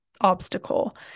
obstacle